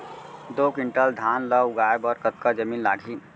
दो क्विंटल धान ला उगाए बर कतका जमीन लागही?